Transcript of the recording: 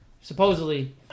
supposedly